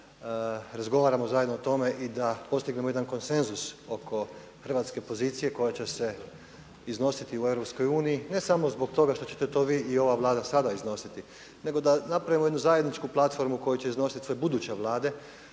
da razgovaramo zajedno o tome i da postignemo jedan konsenzus oko Hrvatske pozicije koja će se iznositi u EU ne samo zbog toga što ćete to vi i ova Vlada sada iznositi nego da napravimo jednu zajedničku platformu koju će iznositi sve buduće Vlade.